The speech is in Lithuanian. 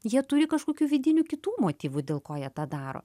jie turi kažkokių vidinių kitų motyvų dėl ko jie tą daro